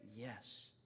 Yes